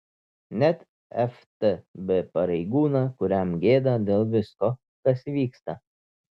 net ftb pareigūną kuriam gėda dėl visko kas vyksta